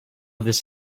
this